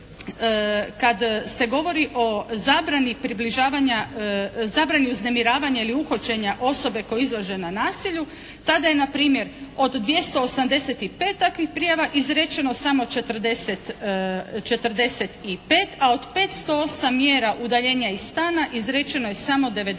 približavanja, zabrani uznemiravanja ili uhođenja osobe koja je izložena nasilju tada je npr. od 285 takvih prijava izrečeno samo 45, a od 508 mjera udaljenja iz stana izrečeno je samo 91.